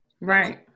Right